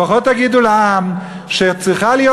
לפחות תגידו לעם שצריכה להיות